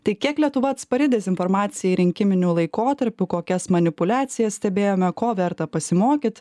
tik kiek lietuva atspari dezinformacijai rinkiminiu laikotarpiu kokias manipuliacijas stebėjome ko verta pasimokyt